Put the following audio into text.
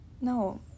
No